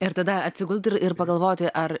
ir tada atsigulti ir ir pagalvoti ar